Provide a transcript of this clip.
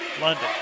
London